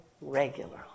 regularly